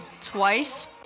twice